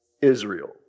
Israel